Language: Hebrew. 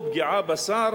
או פגיעה בשר,